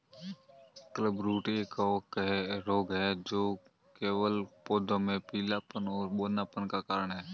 clubroot एक कवक रोग है जो केवल पौधों में पीलापन और बौनापन का कारण है